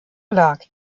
lag